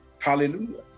Hallelujah